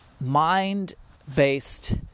mind-based